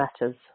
matters